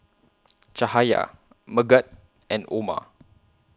Cahaya Megat and Omar